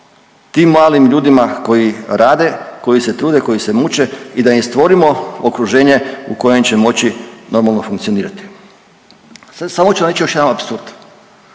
tim malim ljudima koji rade, koji se trude, koji se muče i da im stvorimo okruženje u kojem će moći normalno funkcionirati. Samo ću vam reći još jedan apsurd.